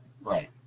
Right